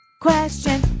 Question